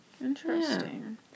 Interesting